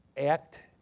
act